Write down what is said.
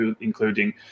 including